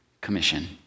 commission